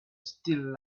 still